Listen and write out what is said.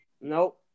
Nope